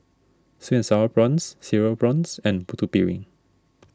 Sweet and Sour Prawns Cereal Prawns and Putu Piring